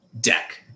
deck